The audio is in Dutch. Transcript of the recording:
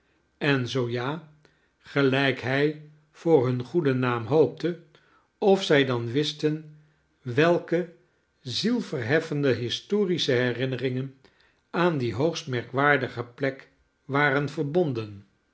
en zoo ja gelijk hij voor hun goeden naam hoopte of zij dan wisten welke zielverheffende historische herinneringen aan die hoogst merkwaardige plek waren verbonden